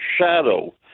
shadow